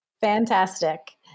Fantastic